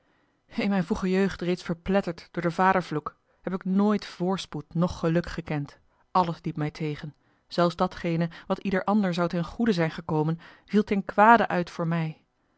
in mijne vroege jeugd reeds verpletterd door den vadervloek heb ik nooit voorspoed noch geluk gekend alles liep mij tegen zelfs datgene wat ieder ander zou ten goede zijn gekomen viel ten kwade uit voor mij